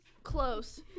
close